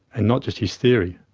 and not just his theory.